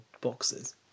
boxes